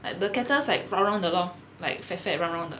at the cactus like around the law like for run on that